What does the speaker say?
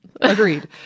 Agreed